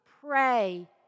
pray